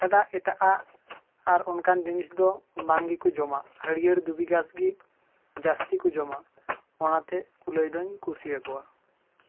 ᱪᱷᱟᱰᱟ ᱮᱴᱟᱜᱼᱟᱜ ᱟᱨ ᱚᱱᱠᱟᱱ ᱡᱤᱱᱤᱥ ᱫᱚ ᱵᱟᱝ ᱜᱮ ᱠᱚ ᱡᱚᱢᱟ ᱦᱟᱹᱨᱤᱭᱟᱹᱲ ᱫᱷᱩᱵᱤ ᱜᱷᱟᱥᱜᱮ ᱡᱟᱹᱥᱛᱤ ᱠᱚ ᱡᱚᱢᱟ ᱚᱱᱟᱛᱮ ᱠᱩᱞᱟᱹᱭ ᱫᱚᱹᱧ ᱠᱩᱥᱤᱭᱟᱠᱚᱣᱟ